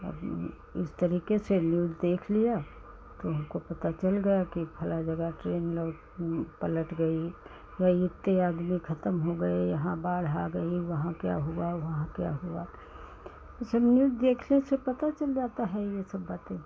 अब इस तरीके से न्यूज़ देख लिया तो हमको पता चल गया कि फलाँ जगह ट्रेन पलट गई या इतने आदमी खतम हो गए यहाँ बाढ़ आ गई वहाँ क्या हुआ वहाँ क्या हुआ ये सब न्यूज़ देखने से पता चल जाता है ये सब बातें